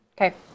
Okay